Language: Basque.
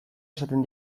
esaten